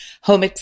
home